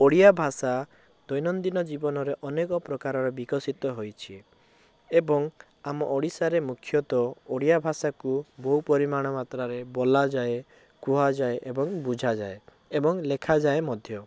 ଓଡ଼ିଆ ଭାଷା ଦୈନନ୍ଦିନ ଜୀବନରେ ଅନେକ ପ୍ରକାରର ବିକଶିତ ହୋଇଛି ଏବଂ ଆମ ଓଡ଼ିଶାରେ ମୁଖ୍ୟତଃ ଓଡ଼ିଆ ଭାଷାକୁ ବହୁ ପରିମାଣ ମାତ୍ରାରେ ବୋଲାଯାଏ କୁହାଯାଏ ଏବଂ ବୁଝାଯାଏ ଏବଂ ଲେଖାଯାଏ ମଧ୍ୟ